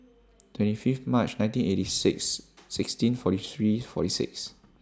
twenty five March nineteen eighty six sixteen forty three forty six